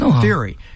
theory